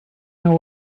know